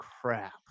crap